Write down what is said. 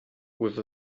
with